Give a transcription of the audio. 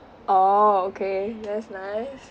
orh okay that's nice